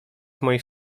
moich